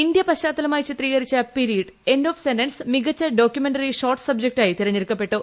India പശ്ചാത്തലമായി ചിത്രീകരിച്ച period end of sentence മികച്ച ഡോക്യുമെന്ററി ഷോർട്ട് സബ്ജറ്റായി തെരഞ്ഞെടുക്കപ്പെട്ടു